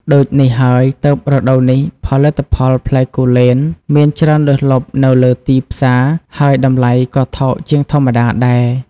ដូចនេះហើយ ទើបនៅរដូវនេះផលិតផលផ្លែគូលែនមានច្រើនលើសលប់នៅលើទីផ្សារ ហើយតម្លៃក៏ថោកជាងធម្មតាដែរ។